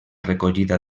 recollida